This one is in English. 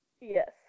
Yes